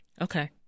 Okay